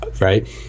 right